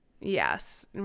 yes